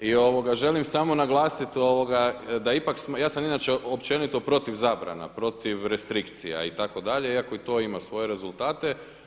I želim samo naglasit da ipak, ja sam inače općenito protiv zabrana, protiv restrikcija itd. iako i to ima svoje rezultate.